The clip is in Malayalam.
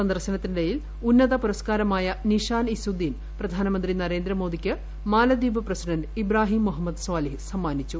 സന്ദർശനത്തിനിടയിൽ ഉന്നത പുരസ്ക്കാരമായ നിഷാൻ ഇസുദീൻ പ്രധാനമന്ത്രി നരേന്ദ്രമോദിക്ക് മാലിദ്വീപ് പ്രസിഡന്റ് ഇബ്രാഹീം മുഹമ്മദ് സ്വാലിഹ് സമ്മാനിച്ചു